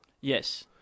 Yes